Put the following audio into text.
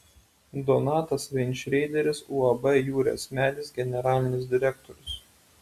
donatas veinšreideris uab jūrės medis generalinis direktorius